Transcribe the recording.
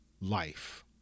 life